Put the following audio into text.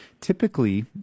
typically